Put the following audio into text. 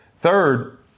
Third